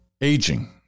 aging